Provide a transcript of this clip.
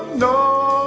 no,